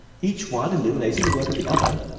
each one illuminating the work of the other,